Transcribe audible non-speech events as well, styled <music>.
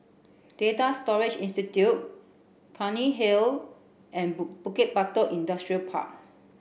Data Storage Institute Cairnhill and <unintelligible> Bukit Batok Industrial Park